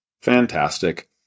Fantastic